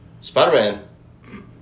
Spider-Man